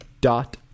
Dot